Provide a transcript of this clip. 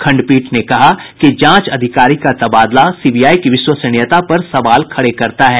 खंडपीठ ने कहा कि जांच अधिकारी का तबादला सीबीआई की विश्वसनीयता पर सवाल खड़े करता है